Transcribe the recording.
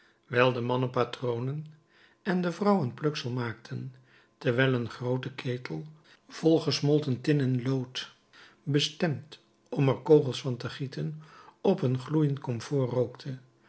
terwijl de mannen patronen en de vrouwen pluksel maakten terwijl een groote ketel vol gesmolten tin en lood bestemd om er kogels van te gieten op een gloeiend komfoor rookte